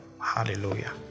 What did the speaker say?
Hallelujah